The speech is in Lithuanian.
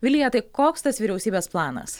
vilija tai koks tas vyriausybės planas